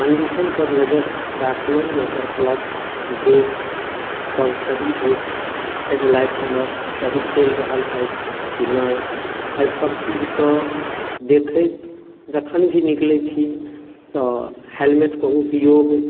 कण्डिशनपर नजरि राखलहुँ जे एकर क्लच ब्रेकसब सही अछि हेडलाइट हमर सही चलि रहल अछि कि नहि एहिसब चीजके देखैत जखन भी निकलैत छी तऽ हेलमेटके उपयोग